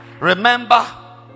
Remember